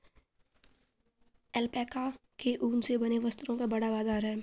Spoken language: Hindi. ऐल्पैका के ऊन से बने वस्त्रों का बड़ा बाजार है